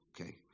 okay